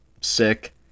sick